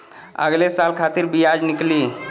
अगले साल खातिर बियाज निकली